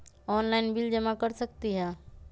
Online bill जमा कर सकती ह?